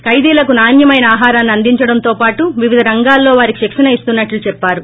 ఖైదిలకు నాణ్యమైన ఆహారాన్ని అందించడంతో పాటు వివిధ రంగాలలో వారికి శిక్షణ ఇస్తున్నట్లు చెప్పారు